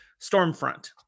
Stormfront